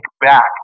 back